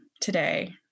today